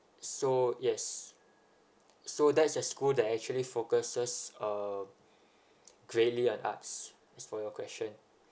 so yes so that's a school that actually focuses um greatly on arts for your question